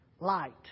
light